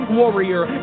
warrior